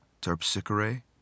Terpsichore